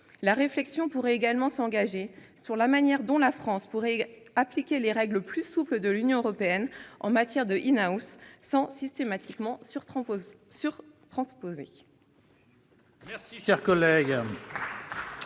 La réflexion pourrait également s'engager sur la manière dont la France pourrait appliquer les règles plus souples de l'Union européenne en matière de, sans systématiquement sur-transposer.